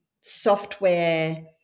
software